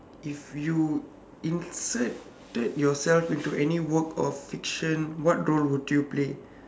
if you inserted yourself into any work of fiction what role would you play